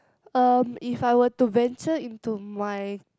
um if I were to venture into my